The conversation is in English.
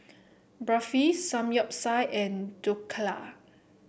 Barfi Samgyeopsal and Dhokla